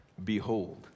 Behold